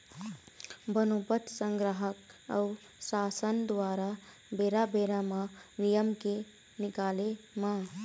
बनोपज संग्राहक अऊ सासन दुवारा बेरा बेरा म नियम के निकाले म